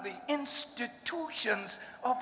the institutions o